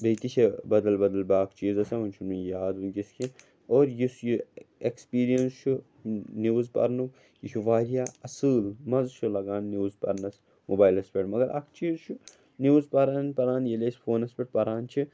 بیٚیہِ تہِ چھِ بدل بدل باکھ چیٖز آسان وَنہِ چھُم نہٕ یہِ یاد وٕنکٮ۪س کیٚنٛہہ اور یُس یہِ اٮ۪کسپیٖریَنٕس چھُ نِوٕز پَرنُک یہِ چھُ واریاہ اَصۭل مَزٕ چھُ لَگان نِوٕز پَرنَس موبایلَس پٮ۪ٹھ مگر اَکھ چیٖز چھُ نِوٕز پَران پَران ییٚلہِ أسۍ فونَس پٮ۪ٹھ پَران چھِ